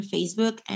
Facebook